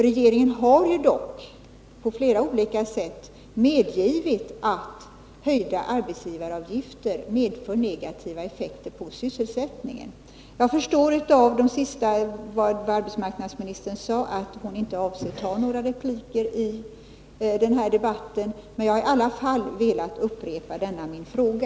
Regeringen har ju dock på flera olika sätt medgivit att höjda arbetsgivaravgifter medför negativa effekter på sysselsättningen. Jag förstår av vad arbetsmarknadsministern sade i slutet av sitt anförande att hon inte avser att ta några repliker i den här debatten, men jag har i alla fall velat upprepa denna min fråga.